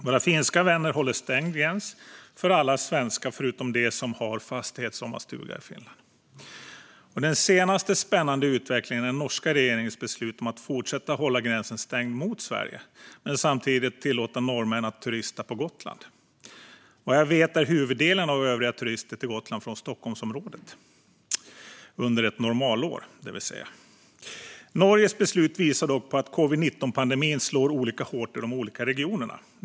Våra finska vänner håller stängd gräns för alla svenskar utom för dem som har en fastighet eller sommarstuga i Finland. Den senaste spännande utvecklingen är den norska regeringens beslut att fortsätta att hålla gränsen stängd mot Sverige men samtidigt tillåta norrmän att turista på Gotland. Vad jag vet är huvuddelen av övriga turister på Gotland från Stockholmsområdet - under ett normalår, det vill säga. Norges beslut visar dock på att covid-19-pandemin slår olika hårt i de olika regionerna.